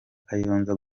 kayonza